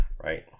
right